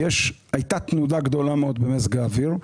הייתה תנודה גדולה מאוד במזג האוויר.